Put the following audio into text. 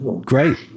Great